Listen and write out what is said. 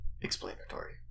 explanatory